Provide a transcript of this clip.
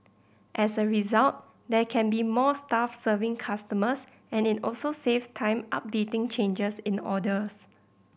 as a result there can be more staff serving customers and it also saves time updating changes in orders